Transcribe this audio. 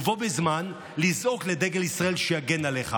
ובו בזמן לזעוק לדגל ישראל שיגן עליך.